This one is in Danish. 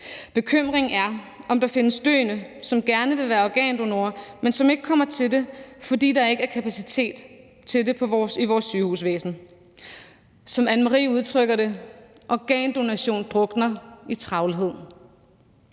Bekymringen er, om der findes døende, som gerne vil være organdonorer, men som ikke kommer til det, fordi der ikke er kapacitet til det i vores sygehusvæsen. Som Anne Marie udtrykker det: Organdonation drukner i travlhed.